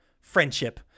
friendship